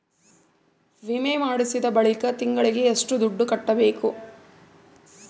ವಿಮೆ ಮಾಡಿಸಿದ ಬಳಿಕ ತಿಂಗಳಿಗೆ ಎಷ್ಟು ದುಡ್ಡು ಕಟ್ಟಬೇಕು?